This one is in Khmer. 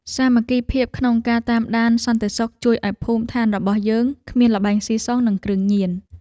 សាមគ្គីភាពក្នុងការតាមដានសន្តិសុខជួយឱ្យភូមិឋានរបស់យើងគ្មានល្បែងស៊ីសងនិងគ្រឿងញៀន។